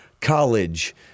college